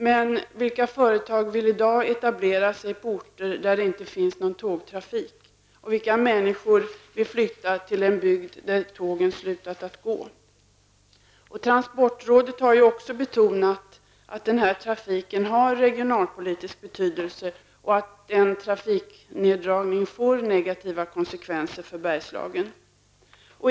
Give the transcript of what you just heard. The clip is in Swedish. Men vilka företag vill i dag etablera sig på orter där det inte finns någon tågtrafik, och vilka människor vill flytta till en bygd dit tågen har slutat att gå? Transportrådet har också betonat att den här trafiken har regionalpolitisk betydelse och att en trafikneddragning får negativa konsekvenser för Bergslagen.